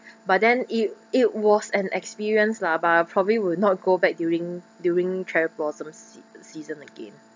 but then it it was an experience lah but I probably will not go back during during cherry blossoms sea~ season again